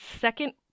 second